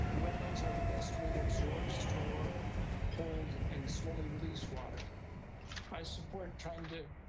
wetlands are the best way to absorb store hold and slowly release water i support trying to